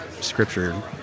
scripture